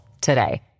today